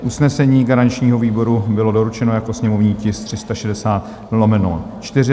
Usnesení garančního výboru bylo doručeno jako sněmovní tisk 360/4.